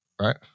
right